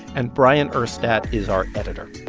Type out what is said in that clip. and bryant urstadt is our editor.